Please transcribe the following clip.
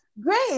great